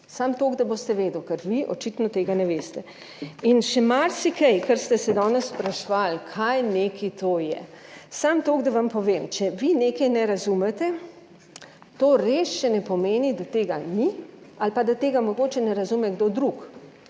Samo toliko, da boste vedeli, ker vi očitno tega ne veste in še marsikaj, kar ste se danes spraševali, kaj nekaj to je. Samo toliko, da vam povem. Če vi nekaj ne razumete, to res še ne pomeni, da tega ni ali pa, da tega mogoče ne razume kdo drug.